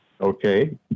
Okay